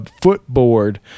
footboard